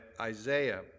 Isaiah